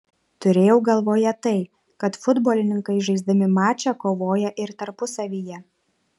turėjau galvoje tai kad futbolininkai žaisdami mačą kovoja ir tarpusavyje